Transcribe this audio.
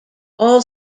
all